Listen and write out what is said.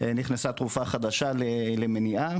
נכנסה תרופה חדשה למניעה